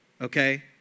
Okay